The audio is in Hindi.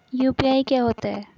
यू.पी.आई क्या होता है?